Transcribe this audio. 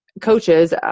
coaches